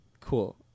cool